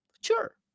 sure